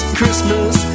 Christmas